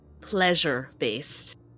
pleasure-based